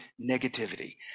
negativity